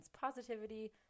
positivity